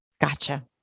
Gotcha